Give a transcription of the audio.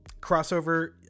Crossover